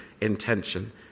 intention